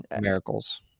miracles